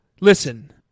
Listen